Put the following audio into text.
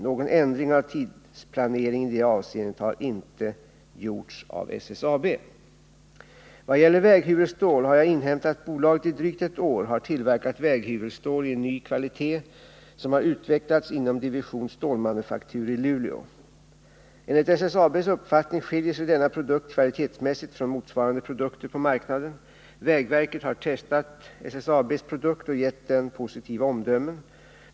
Någon ändring av tidsplaneringen i det avseendet har inte gjorts av SSAB. Vad gäller väghyvelstål har jag inhämtat att bolaget i drygt ett år har tillverkat väghyvelstål i en ny kvalitet som har utvecklats inom division stålmanufaktur i Luleå. Enligt SSAB:s uppfattning skiljer sig denna produkt kvalitetsmässigt från motsvarande produkter på marknaden. Vägverket har testat SSAB:s produkt och gett den positiva omdömen.